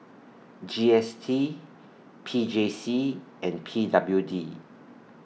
G S T P J C and P W D